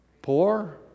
Poor